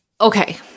Okay